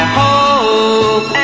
hope